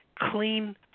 clean